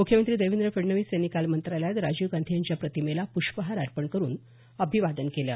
मुख्यमंत्री देवेंद्र फडणवीस यांनी काल मंत्रालयात राजीव गांधी यांच्या प्रतिमेला प्ष्पहार अर्पण करुन अभिवादन केलं